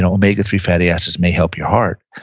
omega three fatty acids may help your heart,